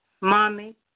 Mommy